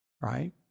Right